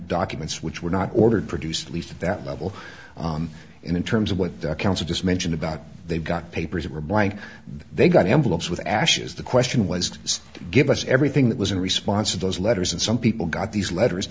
documents which were not ordered produced at least at that level in terms of what counsel just mentioned about they got papers were blank they got envelopes with ashes the question was give us everything that was in response to those letters and some people got these letters